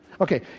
Okay